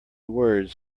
words